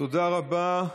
תודה רבה.